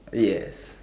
yes